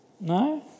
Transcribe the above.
No